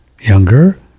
Younger